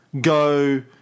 go